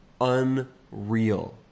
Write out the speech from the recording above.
unreal